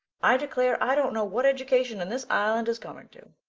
i declare, i don't know what education in this island is coming to.